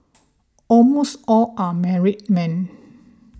almost all are married men